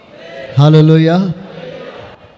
Hallelujah